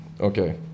Okay